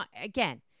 again